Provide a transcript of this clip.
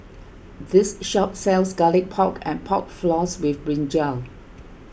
this shop sells Garlic Pork and Pork Floss with Brinjal